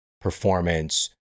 performance